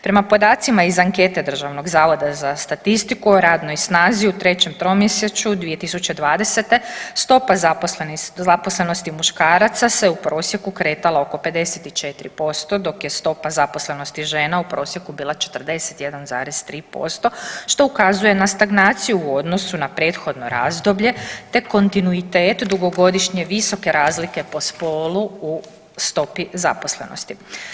Prema podacima iz ankete Državnog zavoda za statistiku o radnoj snazi u trećem tromjesečju 2020. stopa zaposlenosti muškaraca se u prosjeku kretala oko 54% dok je stopa zaposlenosti žena u prosjeku bila 41,3% što ukazuje na stagnaciju u odnosu na prethodno razdoblje, te kontinuitet dugogodišnje visoke razlike po spolu u stopi zaposlenosti.